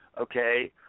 Okay